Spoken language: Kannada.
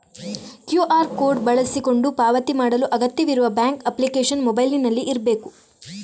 ಕ್ಯೂಆರ್ ಕೋಡು ಬಳಸಿಕೊಂಡು ಪಾವತಿ ಮಾಡಲು ಅಗತ್ಯವಿರುವ ಬ್ಯಾಂಕ್ ಅಪ್ಲಿಕೇಶನ್ ಮೊಬೈಲಿನಲ್ಲಿ ಇರ್ಬೇಕು